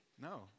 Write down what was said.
no